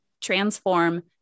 Transform